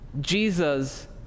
Jesus